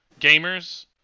gamers